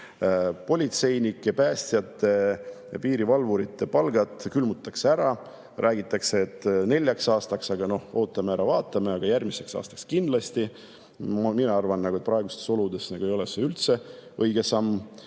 Politseinike, päästjate ja piirivalvurite palgad külmutatakse, räägitakse, et neljaks aastaks, noh, ootame ära, vaatame, aga järgmiseks aastaks külmutatakse kindlasti. Mina arvan, et praegustes oludes ei ole see üldse õige samm.